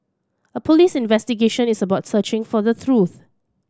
a police investigation is about searching for the truth